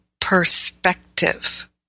perspective